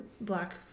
black